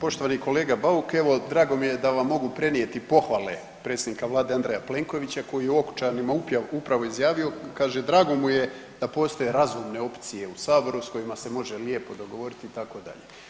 Poštovani, poštovani kolega Bauk evo drago mi je da vam mogu prenijeti pohvale predsjednika vlade Andreja Plenkovića koji je u Okučanima upravo izjavio, kaže drago mu je da postoje razumne opcije u saboru s kojima se može lijepo dogovoriti itd.